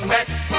Mets